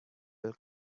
will